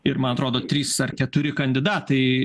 ir man atrodo trys ar keturi kandidatai